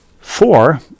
Four